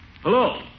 Hello